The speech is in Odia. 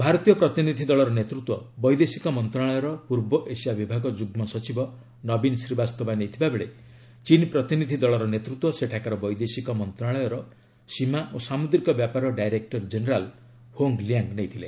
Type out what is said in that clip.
ଭାରତୀୟ ପ୍ରତିନିଧି ଦଳର ନେତୃତ୍ୱ ବୈଦେଶିକ ମନ୍ତ୍ରଣାଳୟର ପୂର୍ବ ଏସିଆ ବିଭାଗ ଯୁଗ୍ମ ସଚିବ ନବୀନ ଶ୍ରୀବାସ୍ତବା ନେଇଥିବା ବେଳେ ଚୀନ୍ ପ୍ରତିନିଧି ଦଳର ନେତୃତ୍ୱ ସେଠାକାର ବୈଦେଶିକ ମନ୍ତ୍ରଶାଳୟର ସୀମା ଓ ସାମୁଦ୍ରିକ ବ୍ୟାପାର ଡାଇରେକ୍ର ଜେନେରାଲ୍ ହୋଙ୍ଗ୍ ଲିଆଙ୍ଗ୍ ନେଇଥିଲେ